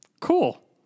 Cool